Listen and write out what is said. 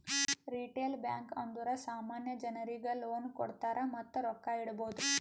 retail bank ಅಂದುರ್ ಸಾಮಾನ್ಯ ಜನರಿಗ್ ಲೋನ್ ಕೊಡ್ತಾರ್ ಮತ್ತ ರೊಕ್ಕಾ ಇಡ್ಬೋದ್